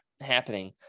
happening